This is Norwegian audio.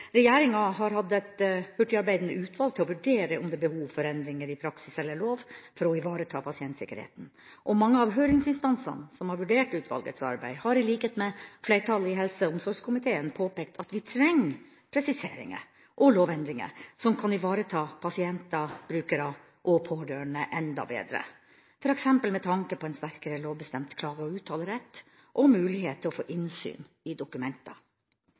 Regjeringa har hatt et hurtigarbeidende utvalg til å vurdere om det er behov for endringer i praksis eller lov for å ivareta pasientsikkerheten. Mange av høringsinstansene som har vurdert utvalgets arbeid, har, i likhet med flertallet i helse- og omsorgskomiteen, påpekt at vi trenger presiseringer og lovendringer som kan ivareta pasienter/brukere og pårørende enda bedre, f.eks. med tanke på en sterkere, lovbestemt klage- og uttalerett og mulighet til å få innsyn i dokumenter.